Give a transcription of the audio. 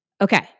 Okay